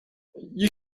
you